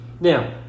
Now